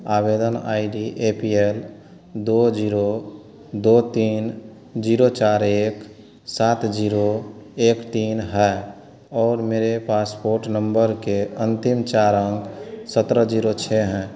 आवेदन I D A P L दो zero दो तीन जीरो चार एक सात जीरो एक तीन है और मेरे पासपोर्ट नम्बर के अंतिम चार अंक सत्रह जीरो छः हैं